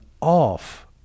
off